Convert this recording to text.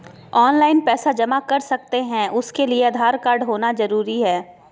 Online पैसा जमा कर सकते हैं उसके लिए आधार कार्ड होना जरूरी है?